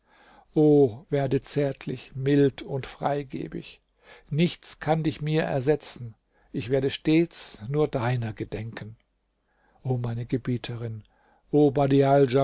o werde zärtlich mild und freigebig nichts kann dich mir ersetzen ich werde stets nur deiner gedenken o meine gebieterin o